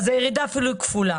הירידה אפילו כפולה.